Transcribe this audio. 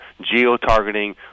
geo-targeting